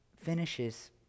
finishes